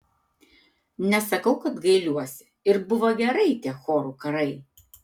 nesakau kad gailiuosi ir buvo gerai tie chorų karai